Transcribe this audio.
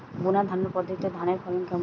বুনাধানের পদ্ধতিতে ধানের ফলন কেমন?